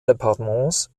departements